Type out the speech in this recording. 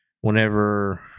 whenever